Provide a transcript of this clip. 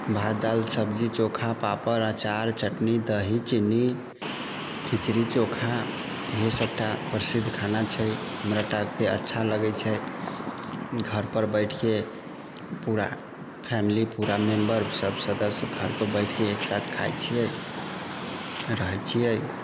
भात दालि सब्जी चोखा पापड़ अचार चटनी दही चीनी खिचड़ी चोखा इएहे सभटा प्रसिद्ध खाना छै हमराटा के अच्छा लागै छै घरपर बैठिके पूरा फैमिली पूरा मेम्बर सभ सदस्य घरपर बैठके एकसाथ खाइ छियै रहै छियै